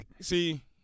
See